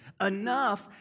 enough